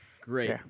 Great